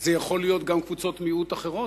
זה יכול להיות גם קבוצות מיעוט אחרות,